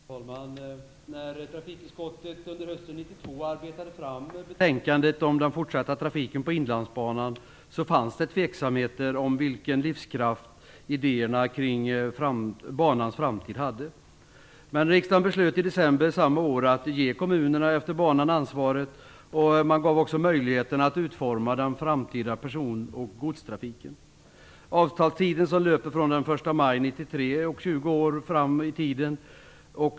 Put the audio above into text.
Fru talman! När trafikutskottet under hösten 1992 arbetade fram betänkandet om den fortsatta trafiken på Inlandsbanan fanns det tveksamheter om vilken livskraft idéerna kring banans framtid hade. Riksdagen beslöt i december samma år att ge kommunerna utefter banan ansvaret, och man gav dem möjlighet att utforma den framtida person och godstrafiken. Avtalstiden löper från den 1 maj 1993 och 20 år framåt.